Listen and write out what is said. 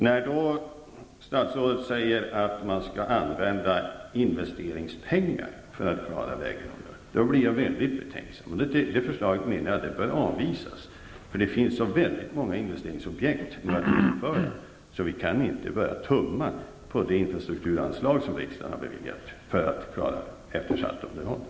När då statsrådet säger att man skall använda investeringspengar för att klara vägunderhållet, blir jag mycket betänksam. Jag menar att det förslaget bör avvisas. Det finns så väldigt många investeringsobjekt att vi inte kan börja tumma på de infrastrukturanslag som riksdagen har beviljat för eftersatt underhåll.